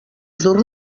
dur